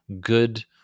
good